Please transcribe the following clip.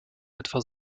etwa